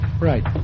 Right